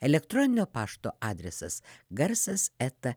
elektroninio pašto adresas garsas eta